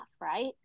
right